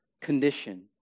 condition